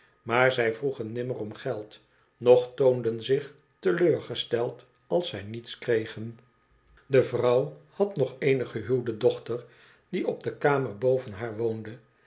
maar zij vroegen nimmer om geld noch toonden zich teleurgesteld als zij niets kregen de vrouw had nog eene gehuwde dochter die op de kamer boven haar woonde